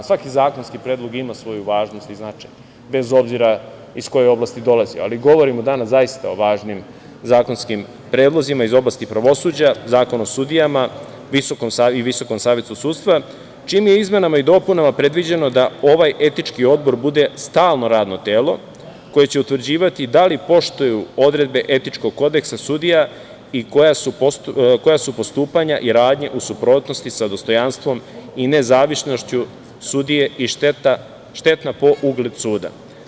Svaki zakonski predlog ima svoju važnost i značaj, bez obzira iz koje oblasti dolazio, ali govorimo danas o zaista važnim zakonskim predlozima iz oblasti pravosuđa – Zakon o sudijama i VSS, čijim je izmenama i dopunama predviđeno da ovaj etički odbor bude stalno radno telo koje će utvrđivati da li poštuju odredbe etičkog kodeksa sudija i koja su postupanja i radnje u suprotnosti sa dostojanstvom i nezavisnošću sudije i štetna po ugled suda.